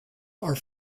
are